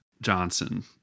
Johnson